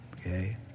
okay